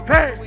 Hey